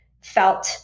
felt